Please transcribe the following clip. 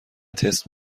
تست